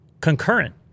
Concurrent